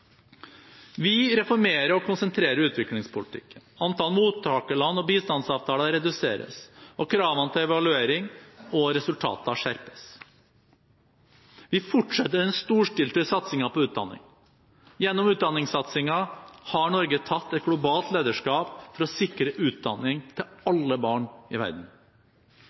Vi reformerer og konsentrerer utviklingspolitikken. Antall mottakerland og bistandsavtaler reduseres, og kravene til evaluering og resultater skjerpes. Vi fortsetter den storstilte satsningen på utdanning. Gjennom utdanningssatsingen har Norge tatt et globalt lederskap for å sikre utdanning for alle.